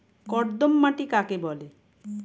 কর্দম মাটি কাকে বলে?